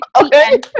Okay